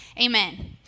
Amen